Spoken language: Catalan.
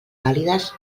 vàlides